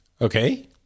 Okay